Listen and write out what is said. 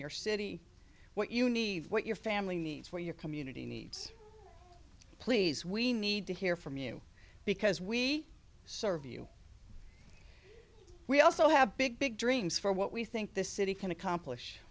your city what you need what your family needs where your community needs please we need to hear from you because we serve you we also have big big dreams for what we think this city can accomplish